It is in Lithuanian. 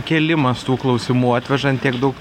kėlimas tų klausimų atvežant tiek daug